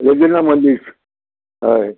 रजिना मश्जीद हय